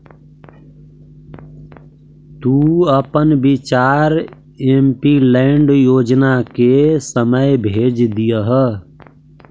तु अपन विचार एमपीलैड योजना के समय भेज दियह